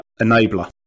enabler